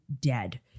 dead